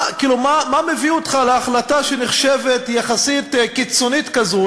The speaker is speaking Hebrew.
מה מביא אותך להחלטה שנחשבת יחסית קיצונית כזאת,